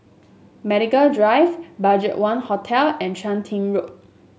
Medical Drive BudgetOne Hotel and Chun Tin Road